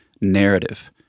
narrative